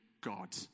God